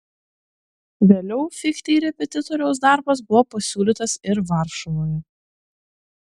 vėliau fichtei repetitoriaus darbas buvo pasiūlytas ir varšuvoje